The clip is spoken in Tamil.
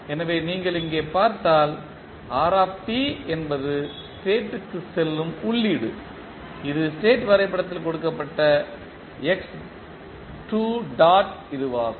எனவே நீங்கள் இங்கே பார்த்தால் r என்பது ஸ்டேட்க்கு செல்லும் உள்ளீடு இது ஸ்டேட் வரைபடத்தில் கொடுக்கப்பட்ட இதுவாகும்